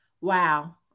wow